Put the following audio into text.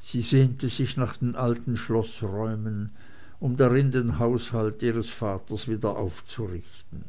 sie sehnte sich nach den alten schloßräumen um darin den haushalt ihres vaters wiederaufzurichten